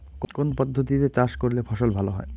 কোন পদ্ধতিতে চাষ করলে ফসল ভালো হয়?